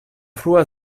frua